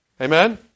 Amen